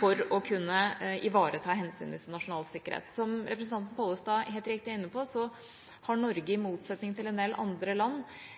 for å kunne ivareta hensynet til nasjonal sikkerhet. Som representanten Pollestad helt riktig er inne på, har Norge, i motsetning til en del andre land,